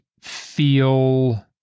feel